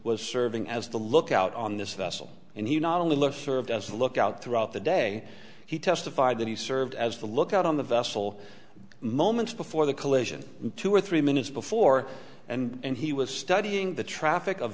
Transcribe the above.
was serving as the lookout on this vessel and he not only looks served as a lookout throughout the day he testified that he served as the lookout on the vessel moments before the collision in two or three minutes before and he was studying the traffic o